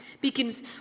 Beacons